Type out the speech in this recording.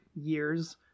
years